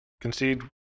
concede